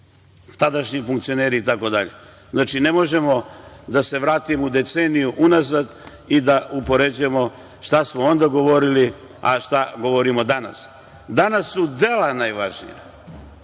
tadašnji funkcioneri, itd. Znači, ne možemo da se vratimo deceniju unazad i da upoređujemo šta smo onda govorili a šta govorimo danas. Danas su dela najvažnija.